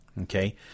Okay